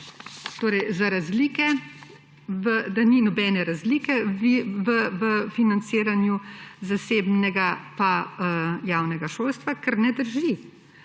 tudi, da ni nobene razlike v financiranju zasebnega pa javnega šolstva, kar ne drži.